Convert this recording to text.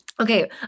Okay